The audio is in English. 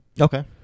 okay